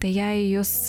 tai jei jus